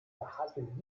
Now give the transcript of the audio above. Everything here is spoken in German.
verhalten